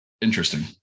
Interesting